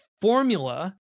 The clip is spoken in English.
formula